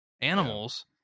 animals